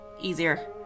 easier